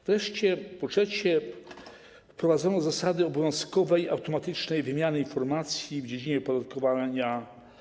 Wreszcie, po trzecie, wprowadzono zasady obowiązkowej automatycznej wymiany informacji w dziedzinie opodatkowania transgranicznego.